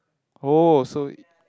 oh so